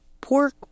pork